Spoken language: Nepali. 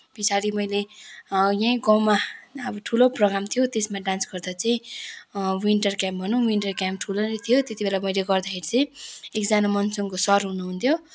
पछाडि मैले यहीँ गाउँमा अब ठुलो प्रोग्राम थियो त्यसमा डान्स गर्दा चाहिँ विन्टर क्याम्प भनौँ विन्टर क्याम्प ठुलो नै थियो त्यत्ति बेला मैले गर्दाखेरि चाहिँ एकजना मनसङको सर हुनुहुन्थ्यो